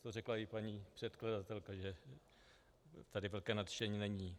To řekla i paní předkladatelka, že tady velké nadšení není.